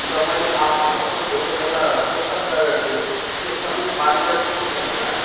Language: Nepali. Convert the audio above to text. अन्त मैले आफ्नो घरको छेउमा एउटा पुस्तकलय थियो त्यसमा थियो पारिजात पुस्तकलय